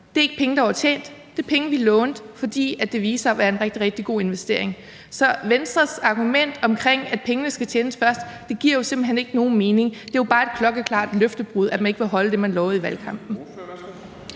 Det er ikke penge, der var tjent, det er penge, vi lånte, fordi det viste sig at være en rigtig, rigtig god investering. Så Venstres argument om, at pengene skal tjenes først, giver simpelt hen ikke nogen mening. Det er jo bare et klokkeklart løftebrud, at man ikke vil holde det, man lovede i valgkampen.